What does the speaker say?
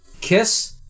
Kiss